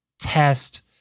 test